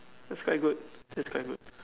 that's quite good that's quite good